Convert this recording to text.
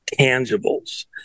tangibles